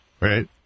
Right